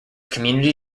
community